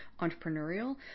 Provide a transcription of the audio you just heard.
entrepreneurial